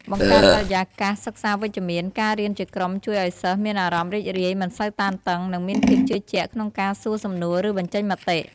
បង្កើតបរិយាកាសសិក្សាវិជ្ជមាន ការរៀនជាក្រុមជួយឲ្យសិស្សមានអារម្មណ៍រីករាយ មិនសូវតានតឹង និងមានភាពជឿជាក់ក្នុងការសួរសំណួរ ឬបញ្ចេញមតិ។